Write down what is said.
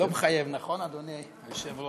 לא מחייב, נכון, אדוני היושב-ראש?